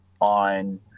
on